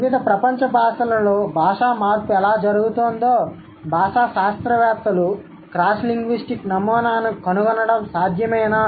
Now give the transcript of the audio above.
వివిధ ప్రపంచ భాషలలో భాషా మార్పు ఎలా జరుగుతోందో భాషా శాస్త్రవేత్తలు క్రాస్ లింగ్విస్టిక్ నమూనాను కనుగొనడం సాధ్యమేనా